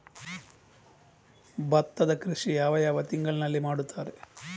ಭತ್ತದ ಕೃಷಿ ಯಾವ ಯಾವ ತಿಂಗಳಿನಲ್ಲಿ ಮಾಡುತ್ತಾರೆ?